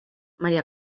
maría